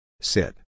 Sit